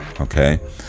okay